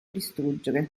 distruggere